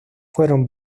fueron